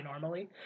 normally